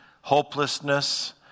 hopelessness